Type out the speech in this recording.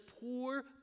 poor